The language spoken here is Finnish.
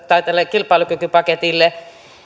kilpailukykypaketille